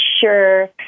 sure